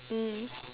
mm